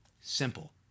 Simple